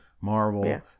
Marvel